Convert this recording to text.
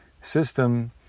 system